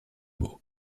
mots